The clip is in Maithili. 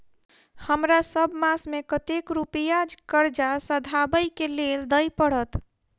हमरा सब मास मे कतेक रुपया कर्जा सधाबई केँ लेल दइ पड़त?